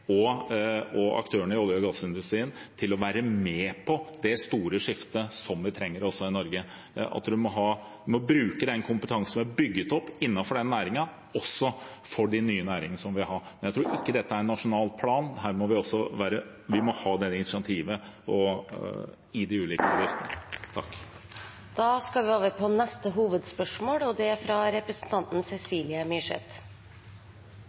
og aktørene i olje- og gassindustrien til å være med på det store skiftet som vi trenger også i Norge. Vi må bruke den kompetansen vi har bygd opp innenfor den næringen, for de nye næringene som vi vil ha. Jeg tror ikke dette er en nasjonal plan. Vi må ha det initiativet i de ulike bedriftene. Da går vi videre til neste hovedspørsmål. Mitt spørsmål går til næringsministeren. Reiselivet er